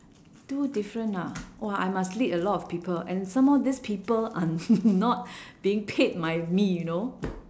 do different ah !wah! I must lead a lot of people and some more these people are not being paid by me you know